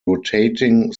rotating